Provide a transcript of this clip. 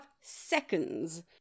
seconds